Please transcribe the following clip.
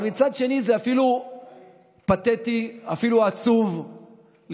אבל מצד שני, זה אפילו פתטי, אפילו עצוב לראות